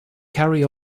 carry